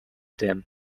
them